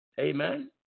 Amen